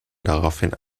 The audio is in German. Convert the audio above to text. daraufhin